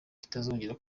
bitazongera